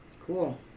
Cool